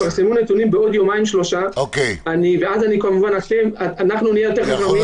יתפרסמו נתונים בעוד יומיים שלושה ואז נהיה יותר חכמים.